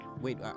Wait